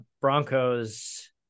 Broncos